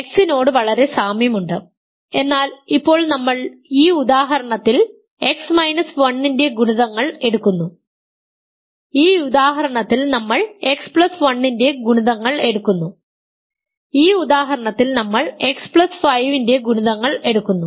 എക്സിനോട് വളരെ സാമ്യമുണ്ട് എന്നാൽ ഇപ്പോൾ നമ്മൾ ഈ ഉദാഹരണത്തിൽ X 1 ന്റെ ഗുണിതങ്ങൾ എടുക്കുന്നു ഈ ഉദാഹരണത്തിൽ നമ്മൾ X1 ന്റെ ഗുണിതങ്ങൾ എടുക്കുന്നു ഈ ഉദാഹരണത്തിൽ നമ്മൾ X5 ന്റെ ഗുണിതങ്ങൾ എടുക്കുന്നു